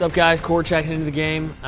so guys? cory checking into the game.